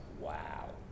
Wow